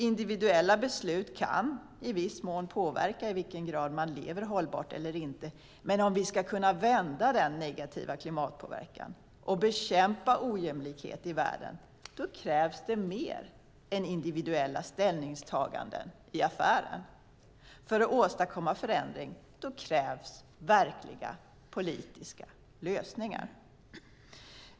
Individuella beslut kan i viss mån påverka i vilken grad man lever hållbart eller inte, men om vi ska kunna vända den negativa klimatpåverkan och bekämpa ojämlikheten i världen krävs mer än individuella ställningstaganden i affären. För att åstadkomma förändring krävs verkliga politiska lösningar.